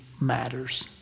matters